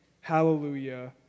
hallelujah